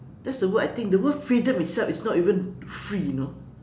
that's the word I think the word freedom itself is not even free you know